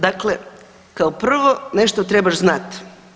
Dakle, kao prvo nešto trebaš znat.